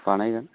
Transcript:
बानायगोन